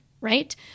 right